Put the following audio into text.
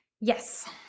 Yes